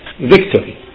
victory